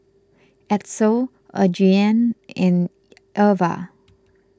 Edsel Adriane and Irva